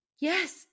Yes